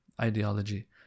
ideology